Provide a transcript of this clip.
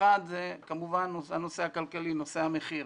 האחד הוא כמובן הנושא הכלכלי, נושא המחיר.